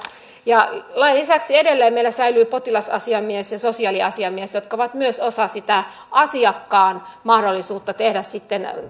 ja lain lisäksi edelleen meillä säilyvät potilasasiamies ja sosiaaliasiamies jotka ovat myös osa sitä asiakkaan mahdollisuutta tehdä